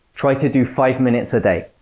try to do five minutes a day.